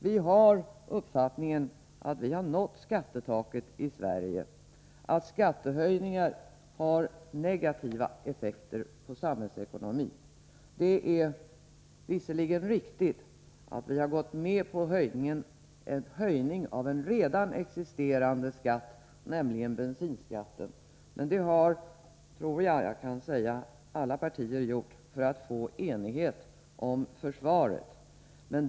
Vi i folkpartiet har uppfattningen att vi har nått skattetaket i Sverige, att skattehöjningar har negativa effekter på samhällsekonomin. Det är visserligen riktigt att vi har gått med på en höjning av en redan existerande skatt, nämligen bensinskatten. Detta har alla partier gjort, och jag tror att alla har gjort det för att nå enighet om de höjda försvarsanslagen.